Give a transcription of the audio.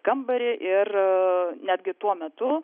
kambarį ir netgi tuo metu